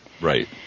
Right